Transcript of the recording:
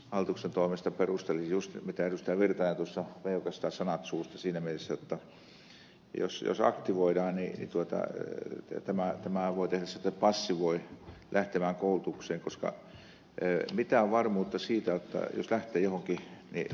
erkki virtanen tuossa vei oikeastaan sanat suusta siinä mielessä jotta jos aktivoidaan niin tämähän voi tehdä sen että passivoi lähtemään koulutukseen koska mitään varmuutta siitä jos lähtee johonkin ei ole olemassa jotta saa työpaikan